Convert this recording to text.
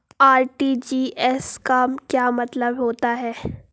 RTGS का क्या मतलब होता है?